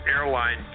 Airline